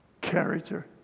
character